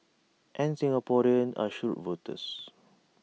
and Singaporeans are shrewd voters